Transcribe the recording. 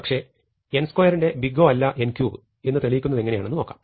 പക്ഷെ n2ന്റെ big O അല്ല n3 എന്ന് തെളിയിക്കുന്നതെങ്ങനെയാണെന്ന് നോക്കാം